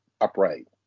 upright